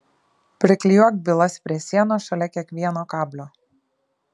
priklijuok bylas prie sienos šalia kiekvieno kablio